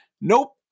Nope